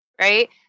Right